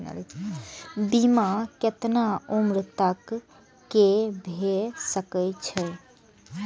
बीमा केतना उम्र तक के भे सके छै?